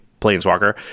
Planeswalker